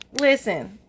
listen